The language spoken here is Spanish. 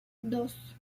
dos